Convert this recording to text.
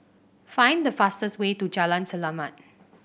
find the fastest way to Jalan Selamat